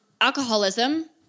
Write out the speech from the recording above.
alcoholism